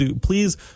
please